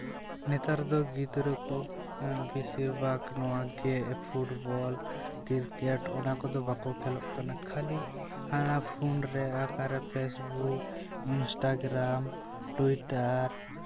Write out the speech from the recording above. ᱱᱮᱛᱟᱨ ᱫᱚ ᱜᱤᱫᱽᱨᱟᱹ ᱠᱚ ᱵᱮᱥᱤᱨ ᱵᱷᱟᱜᱽ ᱱᱚᱣᱟᱜᱮ ᱯᱷᱩᱴᱵᱚᱞ ᱠᱨᱤᱠᱮᱹᱴ ᱚᱱᱟ ᱠᱚᱫᱚ ᱵᱟᱠᱚ ᱠᱷᱮᱞᱚᱜ ᱠᱟᱱᱟ ᱠᱷᱟᱹᱞᱤ ᱦᱟᱱᱟ ᱯᱷᱩᱱᱨᱮ ᱟᱠᱟᱨᱮ ᱯᱷᱮᱥᱵᱩᱠ ᱤᱱᱥᱴᱟᱜᱨᱟᱢ ᱴᱩᱭᱴᱟᱨ